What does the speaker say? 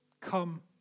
Come